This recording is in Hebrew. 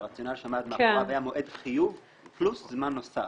והרציונל שעמד מאחוריו היה מועד חיוב פלוס זמן נוסף